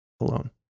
alone